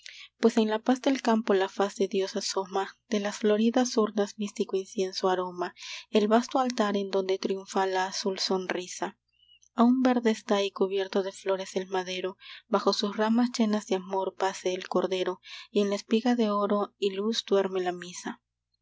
pues en la paz del campo la faz de dios asoma de las floridas urnas místico incienso aroma el vastor altar en donde triunfa la azul sonrisa aún verde está y cubierto de flores el madero bajo sus ramas llenas de amor pace el cordero y en la espiga de oro y luz duerme la misa